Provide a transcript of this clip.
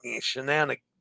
shenanigans